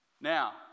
now